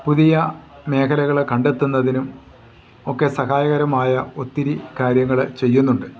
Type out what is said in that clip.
പുതിയ മേഖലകൾ കണ്ടെത്തുന്നതിനും ഒക്കെ സഹായകരമായ ഒത്തിരി കാര്യങ്ങൾ ചെയ്യുന്നുണ്ട്